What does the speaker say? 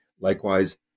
Likewise